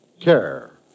Care